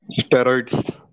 Steroids